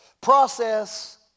Process